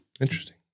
Interesting